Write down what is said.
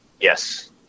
Yes